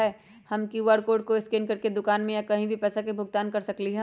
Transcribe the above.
हम QR code scan करके दुकान में या कहीं भी पैसा के भुगतान कर सकली ह?